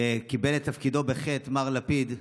שקיבל את תפקידו בחטא, מר לפיד,